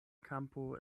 kampo